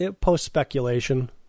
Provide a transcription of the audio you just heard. Post-speculation